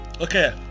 Okay